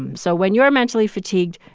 um so when you're mentally fatigued,